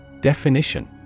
Definition